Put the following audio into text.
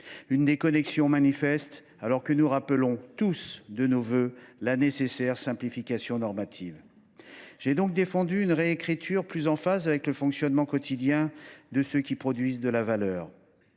La déconnexion aurait été manifeste, alors que nous appelons tous de nos vœux la nécessaire simplification normative. J’ai donc défendu une réécriture plus en phase avec le fonctionnement quotidien de ceux qui produisent de la valeur.